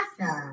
awesome